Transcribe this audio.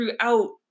throughout